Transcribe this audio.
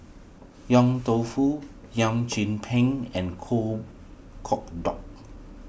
Yong Tau Foo Chim Peng and Kueh Kodok